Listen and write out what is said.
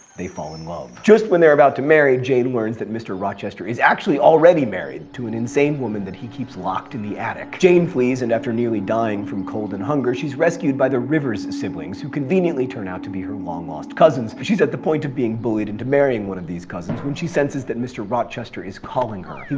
they fall in love just when they're about to marry. jane learns that mr. rochester is actually already married to an insane woman that he keeps locked in the attic. jane flees and after nearly dying from cold and hunger, she's rescued by the rivers siblings who conveniently turn out to be her long lost cousins. but she's at the point of being bullied into marrying one of these cousins when she senses that mr. rochester calling her.